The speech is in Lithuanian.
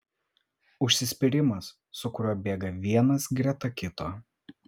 užsispyrimas su kuriuo bėga vienas greta kito